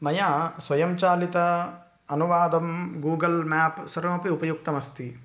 मया स्वयंचालितम् अनुवादं गूगल् म्याप् सर्वमपि उपयुक्तमस्ति